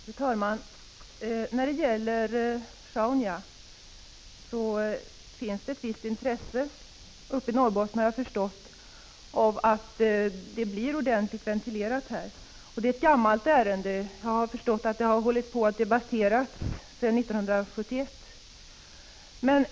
Fru talman! Frågan om Sjaunja är ett gammalt ärende. Jag har förstått att det har debatterats sedan 1971, och det finns ett visst intresse i Norrbotten av att det blir ordentligt ventilerat här.